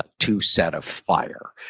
ah to set a fire.